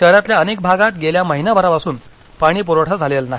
शहरातल्या अनेक भागात गेल्या महिनाभरापासून पाणी प्रवठा झालेला नाही